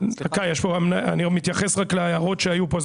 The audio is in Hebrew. אני מתייחס רק להערות שהיו פה,